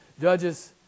Judges